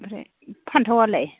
आमफ्राय फान्थाव आलाय